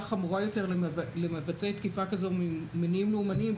חמורה יותר למבצעי תקיפה כזו ממניעים לאומניים,